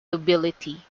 nobility